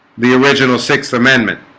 the original sixth amendment